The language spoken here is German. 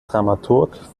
dramaturg